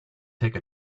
take